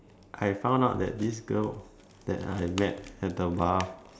I have found out that this girl that I met at the bar